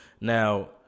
Now